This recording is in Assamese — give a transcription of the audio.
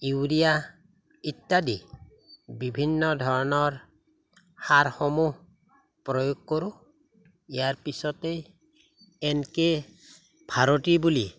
ইউৰিয়া ইত্যাদি বিভিন্ন ধৰণৰ সাৰসমূহ প্ৰয়োগ কৰোঁ ইয়াৰ পিছতেই এন কে ভাৰতী বুলি